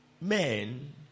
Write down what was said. men